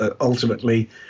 Ultimately